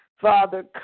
Father